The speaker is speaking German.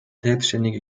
selbstständige